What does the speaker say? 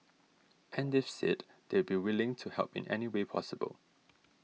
and they've said they'd be willing to help in any way possible